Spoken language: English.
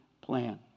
plan